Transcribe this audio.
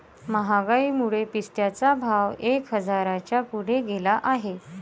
महागाईमुळे पिस्त्याचा भाव एक हजाराच्या पुढे गेला आहे